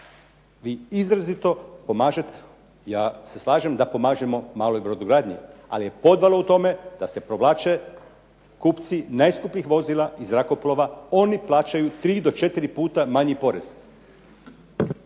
Vi izrazito pomažete, ja se slažem da pomažemo maloj brodogradnji, ali je podvala u tome da se provlače kupci najskupljih vozila i zrakoplova, oni plaćaju 3 do 4 puta manji porez.